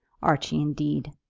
archie indeed!